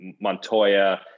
Montoya